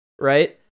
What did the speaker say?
right